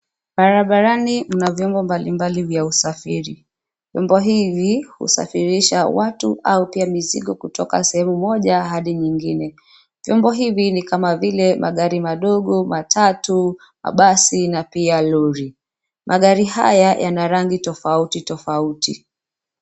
Barabarani mna vyombo mbali mbali vya usafiri, vyombo hivi husafirisha watu au pia mizigo kutoka sehemu moja hadi nyingine, vyombo hivi ni kama vile magari madogo, matatu, mabasi, na pia lori, magari haya yana rangi tofauti tofauti.